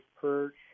perch